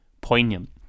poignant